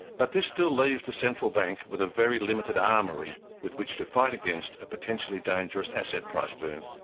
but this still leaves the central bank with a very limited armoury with which to fight against a potentially dangerous asset price boom.